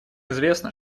известно